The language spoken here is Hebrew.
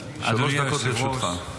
שלוש דקות לרשותך.